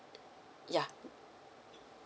yeah